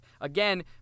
Again